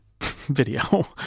video